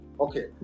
Okay